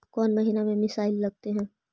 कौन महीना में मिसाइल लगते हैं?